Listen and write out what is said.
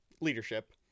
leadership